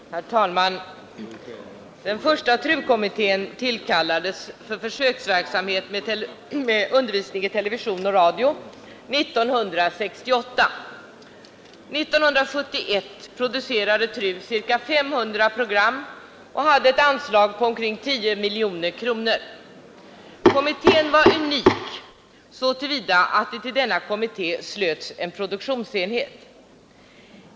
Herr talman! Den första TRU-kommittén tillkallades för försöksverksamhet med undervisning i television och radio 1968. År 1971 producerade TRU ca 500 program och hade ett anslag på omkring 10 miljoner kronor. Kommittén var unik så till vida att det till denna kommitté slöts en produktionsenhet.